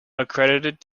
accredited